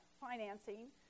financing